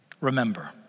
remember